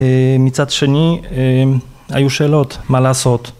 מצד שני, היו שאלות מה לעשות